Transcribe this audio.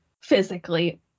physically